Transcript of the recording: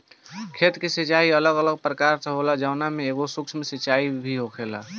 खेत के सिचाई अलग अलग प्रकार से होला जवना में एगो सूक्ष्म सिंचाई भी होखेला